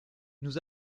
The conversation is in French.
nous